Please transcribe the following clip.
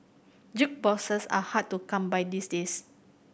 jukeboxes are hard to come by these days